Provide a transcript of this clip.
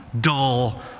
dull